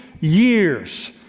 years